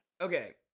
okay